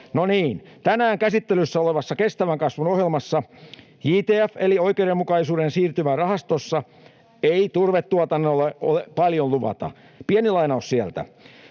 tänään käsittelyssä olevassa kestävän kasvun ohjelmassa JTF:stä eli oikeudenmukaisen siirtymän rahastosta ei turvetuotannolle paljon luvata. Pieni lainaus sieltä: